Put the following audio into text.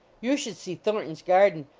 you should see thornton s garden.